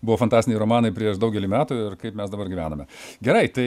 buvo fantastiniai romanai prieš daugelį metų ir kaip mes dabar gyvename gerai tai